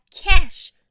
cash